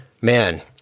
man